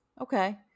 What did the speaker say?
Okay